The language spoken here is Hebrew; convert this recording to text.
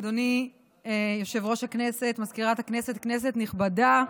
אדוני יושב-ראש הישיבה, מזכירת הכנסת, כנסת נכבדה,